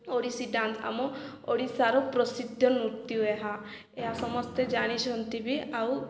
Odissi dance ଆମ ଓଡ଼ିଶାର ପ୍ରସିଦ୍ଧ ନୃତ୍ୟ ଏହା ଏହା ସମସ୍ତେ ଜାଣିଛନ୍ତି ବି ଆଉ